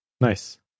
Nice